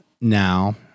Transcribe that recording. now